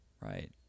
right